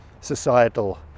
societal